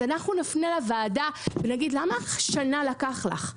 אז אנחנו נפנה לוועדה ונגיד למה שנה לקח לך?